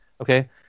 okay